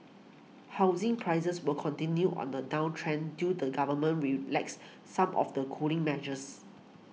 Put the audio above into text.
housing prices will continue on the downtrend till the government relaxes some of the cooling measures